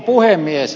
puhemies